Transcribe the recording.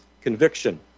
conviction